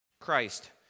Christ